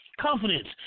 Confidence